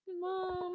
mom